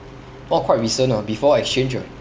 oh quite recent ah before exchange ah